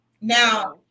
Now